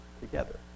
together